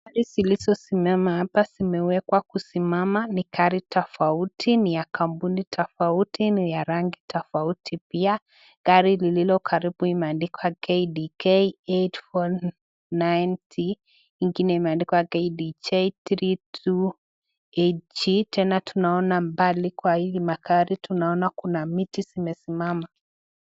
Gari zilizosimama hapa zimewekwa kusimama ni gari tofauti ,ni ya kampuni tofauti, ni ya rangi tofauti pia gari lilokaribu imeandikwa ,KDK 849 T, ingine imeandikwa KDJ 328 G, tena tunaona mbali kwa hizi magari tunaona kuna miti zimesimama.